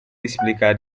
explicar